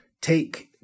take